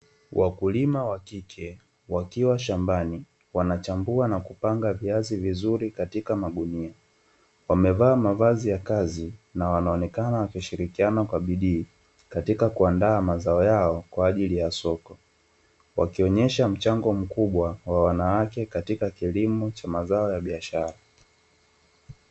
Wakulima wakike wakiwa shambani wanachambua na kupanga viazi vizuri katika magunia, wamevaa mavazi ya kazi na wanaonekana wakishirikiana kwa bidii katika kuandaa mazao yao kwa ajili ya soko, wakionyesha mchango mkubwa wa wanawake katika kilimo cha mazao ya biashara.